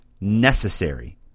necessary